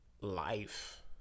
life